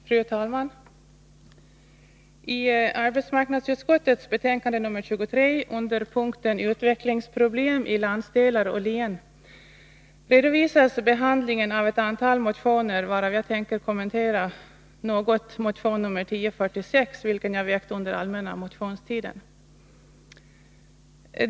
Fru talman! I arbetsmarknadsutskottets betänkande nr 23 under punkten Utvecklingsproblem i landsdelar och län redovisas behandlingen av ett antal motioner, varav jag tänker något kommentera motion nr 1046, vilken jag väckt under allmänna motionstiden.